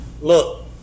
Look